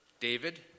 David